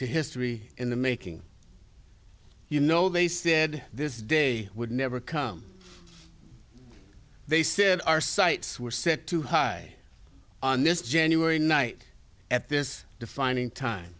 to history in the making you know they said this day would never come they said our sights were set too high on this january night at this defining time